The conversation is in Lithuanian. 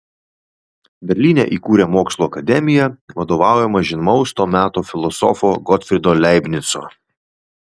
berlyne įkūrė mokslų akademiją vadovaujamą žymaus to meto filosofo gotfrydo leibnico